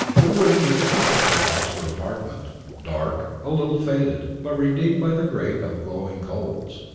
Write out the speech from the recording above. the room was a typical oxford apartment dark, a little faded, but redeemed by the grate of glowing coals.